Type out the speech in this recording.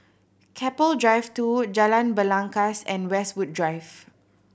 Keppel Drive Two Jalan Belangkas and Westwood Drive